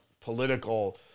political